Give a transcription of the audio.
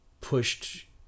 pushed